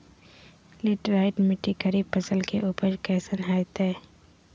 Laterite मिट्टी खरीफ फसल के उपज कईसन हतय?